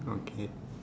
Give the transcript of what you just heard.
okay